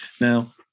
now